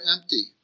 empty